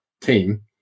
team